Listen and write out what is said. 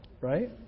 right